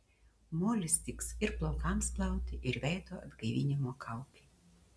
molis tiks ir plaukams plauti ir veido atgaivinimo kaukei